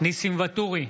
ניסים ואטורי,